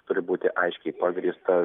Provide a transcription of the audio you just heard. turi būti aiškiai pagrįsta